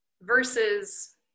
versus